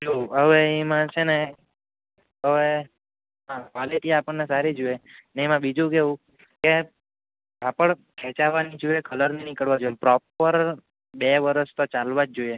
જો હવે એમાં છે ને હવે ક્વોલિટી આપણને સારી જોઈએ ને એમાં બીજું કેવું કે કાપડ ખેંચાવા નહીં જોઈએ કલર નહીં નીકળવો જોઈએ પ્રોપર બે વર્ષ તો ચાલવા જ જોઈએ